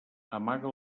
amaga